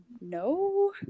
no